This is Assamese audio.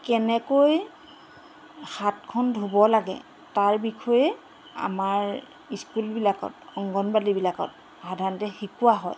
কেনেকৈ হাতখন ধুব লাগে তাৰ বিষয়ে আমাৰ স্কুলবিলাকত অংগনবাদীবিলাকত সাধাৰণতে শিকোৱা হয়